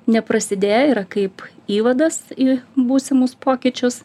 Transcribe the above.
neprasidėjo yra kaip įvadas į būsimus pokyčius